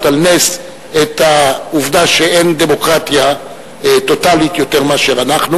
על נס את העובדה שאין דמוקרטיה טוטלית יותר מאשר אנחנו,